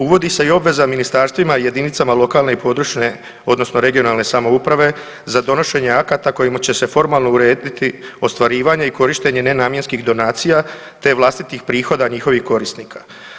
Uvodi se i obveza ministarstvima, jedinicama lokalne i područne (regionalne) samouprave za donošenje akata kojima će se formalno urediti ostvarivanje i korištenje nenamjenskih donacija te vlastitih prihoda njihovih korisnika.